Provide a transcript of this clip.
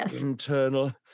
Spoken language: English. internal